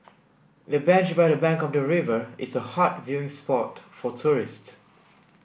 the bench by the bank of the river is a hot viewing spot for tourists